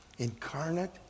incarnate